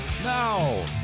Now